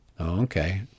Okay